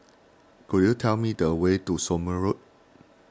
could you tell me the way to Somme Road